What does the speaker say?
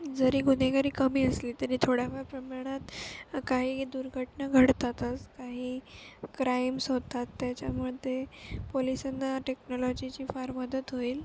जरी गुन्हेगारी कमी असली तरी थोड्याफार प्रमाणात काही दुर्घटना घडतातच काही क्राईम्स होतात त्याच्यामध्ये पोलिसांना टेक्नॉलॉजीची फार मदत होईल